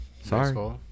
sorry